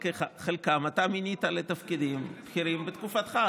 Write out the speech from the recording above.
את חלקם אתה מינית לתפקידים בכירים בתקופתך,